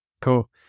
Cool